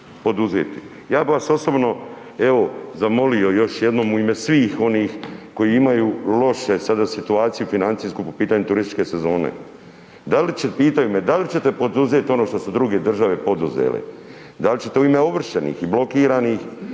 Ja bi vas osobno evo zamolio još jednom u ime svih onih koji imaju lošu sada situaciju financijsku po pitanju turističke sezone. Da li će, pitaju me da li ćete poduzet ono što su druge države poduzele, da li ćete u ime ovršenih i blokiranih